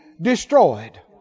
destroyed